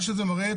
מה שזה מראה,